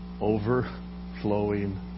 Overflowing